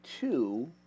two